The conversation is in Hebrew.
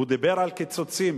הוא דיבר על קיצוצים.